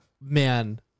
Man